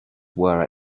were